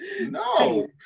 no